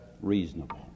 reasonable